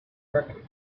wreckage